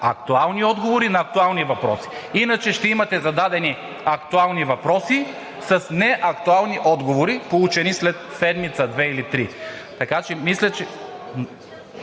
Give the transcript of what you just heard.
актуални отговори на актуални въпроси. Иначе ще имате зададени актуални въпроси с неактуални отговори, получени след седмица-две или три.